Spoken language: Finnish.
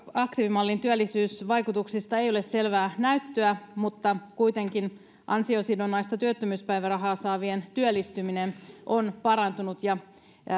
aktiivimallin työllisyysvaikutuksista ei ole selvää näyttöä mutta kuitenkin ansiosidonnaista työttömyyspäivärahaa saavien työllistyminen on parantunut ja